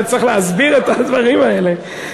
תצטרך להסביר את הדברים האלה,